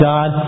God